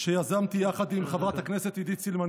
שיזמתי יחד עם חברת הכנסת עידית סילמן.